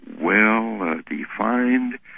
well-defined